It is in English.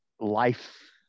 life